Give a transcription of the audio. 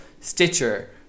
stitcher